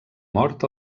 mort